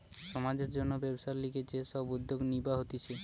সমাজের জন্যে ব্যবসার লিগে যে সব উদ্যোগ নিবা হতিছে